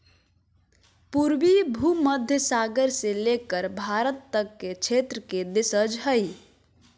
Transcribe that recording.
पूर्वी भूमध्य सागर से लेकर भारत तक के क्षेत्र के देशज हइ